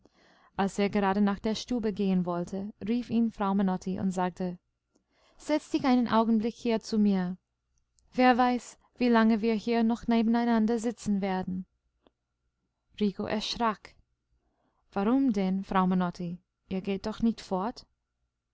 als er gerade nach der stube gehen wollte rief ihn frau menotti und sagte setz dich einen augenblick hier zu mir wer weiß wie lange wir hier noch nebeneinander sitzen werden rico erschrak warum denn frau menotti ihr geht doch nicht fort